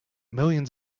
millions